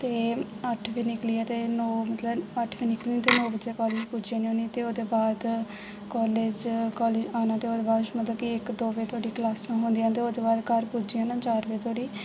ते अट्ठ बजे निकलियै ते नौ मतलब अट्ठ बजे निकलियै ते नौ बजे कालेज पुज्जी जन्नी होन्नी आं ते ओह्दे बाद कालेज कालेज आना ते ओह्दे बाद मतलब कि इक दो बजे धोड़ी क्लासां होंदियां ते ओह्दे बाद घर पुज्जी जाना चार बजे धोड़ी ते